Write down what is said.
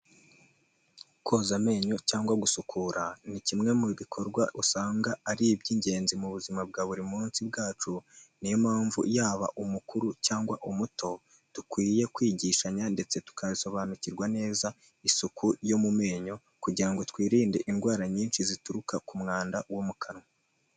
Koza amenyo cyangwa gusukura ni kimwe mu bikorwa usanga ari iby'ingenzi mu buzima bwa buri munsi bwacu, niyo mpamvu yaba umukuru cyangwa umuto, dukwiye kwigishanya ndetse tukanasobanukirwa neza isuku yo mu menyo kugira ngo twirinde indwara nyinshi zituruka ku mwanda wo mu kanwa.